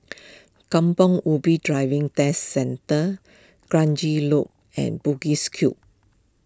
Kampong Ubi Driving Test Centre Kranji Loop and Bugis Cube